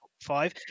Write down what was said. five